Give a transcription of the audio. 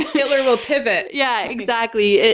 hitler will pivot! yeah exactly.